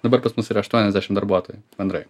dabar pas mus yra aštuoniasdešim darbuotojų bendrai